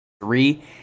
three